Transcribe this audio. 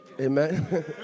amen